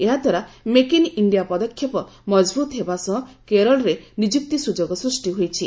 ଏହାଦ୍ୱାରା make in India ପଦକ୍ଷେପ ମଜବୁତ୍ ହେବା ସହ କେରଳରେ ନିଯୁକ୍ତି ସୁଯୋଗ ସୃଷ୍ଟି ହୋଇଛି